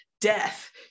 death